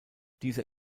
dieser